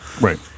Right